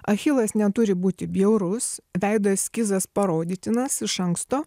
achilas neturi būti bjaurus veido eskizas parodytinas iš anksto